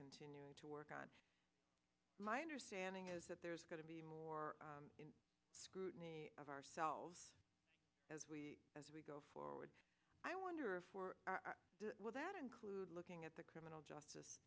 continuing to work on my understanding is that there's going to be more scrutiny of ourselves as we as we go forward i wonder if that includes looking at the criminal justice